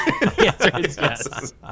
Yes